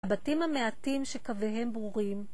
הבתים המעטים שקוויהם ברורים.